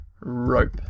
rope